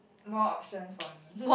more options for me